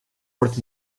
worth